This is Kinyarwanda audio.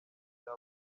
rya